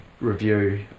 review